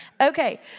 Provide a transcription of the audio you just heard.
Okay